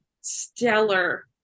stellar